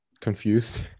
confused